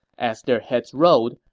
as their heads rolled,